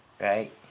Right